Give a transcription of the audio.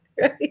Right